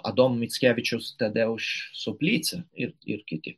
adomo mickevičiaus tadeuš soplica ir ir kiti